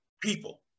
people